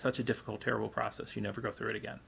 such a difficult terrible process you never go through it again